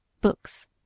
books